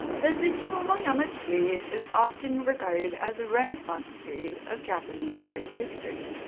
the azuchi-momoyama period is often regarded as a renaissance period of japanese art history.